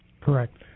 Correct